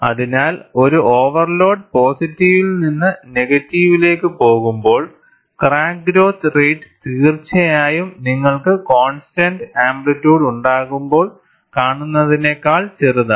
അതിനാൽ ഒരു ഓവർലോഡ് പോസിറ്റീവിൽ നിന്ന് നെഗറ്റീവിലേക്ക് പോകുമ്പോൾ ക്രാക്ക് ഗ്രോത്ത് റേറ്റ് തീർച്ചയായും നിങ്ങൾക്ക് കോൺസ്റ്റന്റ് ആംപ്ലിറ്യുഡ് ഉണ്ടാകുമ്പോൾ കാണുന്നതിനേക്കാൾ ചെറുതാണ്